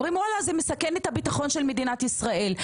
הם אומרים שזה מסכן את ביטחון מדינת ישראל.